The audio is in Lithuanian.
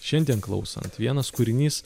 šiandien klausant vienas kūrinys